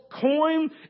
coin